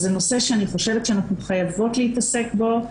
וזה נושא שאני חושבת שאנחנו חייבות להתעסק בו.